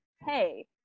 hey